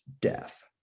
death